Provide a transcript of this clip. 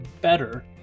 better